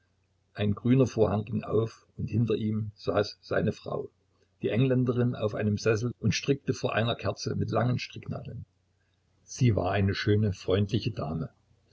ein grüner vorhang ging auf und hinter ihm saß seine frau die engländerin auf einem sessel und strickte vor einer kerze mit langen stricknadeln sie war eine schöne freundliche dame